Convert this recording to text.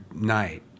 night